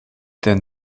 denn